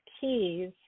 keys